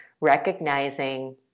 recognizing